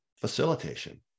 facilitation